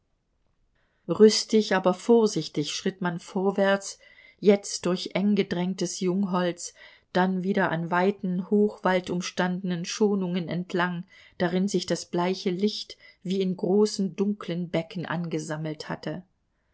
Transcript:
rüstig aber vorsichtig schritt man vorwärts jetzt durch enggedrängtes jungholz dann wieder an weiten hochwaldumstandenen schonungen entlang darin sich das bleiche licht wie in großen dunklen becken angesammelt hatte